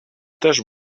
też